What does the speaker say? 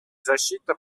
защита